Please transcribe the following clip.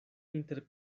inter